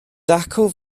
dacw